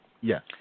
Yes